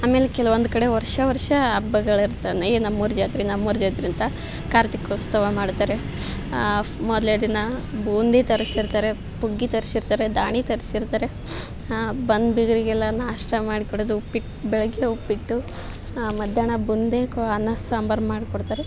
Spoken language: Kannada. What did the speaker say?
ಆಮೇಲೆ ಕೆಲವೊಂದು ಕಡೆ ವರ್ಷ ವರ್ಷ ಹಬ್ಬಗಳಿರ್ತವೆ ಏಯ್ ನಮ್ಮೂರ ಜಾತ್ರೆ ನಮ್ಮೂರ ಜಾತ್ರೆ ಅಂತ ಕಾರ್ತಿಕೋತ್ಸವ ಮಾಡ್ತಾರೆ ಮೊದ್ಲ್ನೇ ದಿನ ಬೂಂದಿ ತರಿಸಿರ್ತಾರೆ ಹುಗ್ಗಿ ತರಿಸಿರ್ತಾರೆ ದಾಣಿ ತರಿಸಿರ್ತಾರೆ ಬಂದ ಬೀಗರಿಗೆಲ್ಲ ನಾಷ್ಟಾ ಮಾಡಿಕೊಡೋದು ಉಪ್ಪಿಟ್ಟು ಬೆಳಿಗ್ಗೆ ಉಪ್ಪಿಟ್ಟು ಮಧ್ಯಾಹ್ನ ಬೂಂದಿ ಕೊ ಅನ್ನ ಸಾಂಬಾರು ಮಾಡಿಕೊಡ್ತಾರೆ